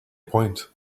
point